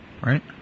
right